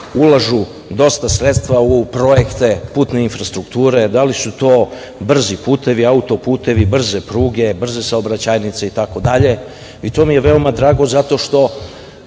ulažu dosta sredstva u projekte putne infrastrukture, da li su to brzi putevi, autoputevi, brze pruge, brze saobraćajnice itd, i to mi je drago zato što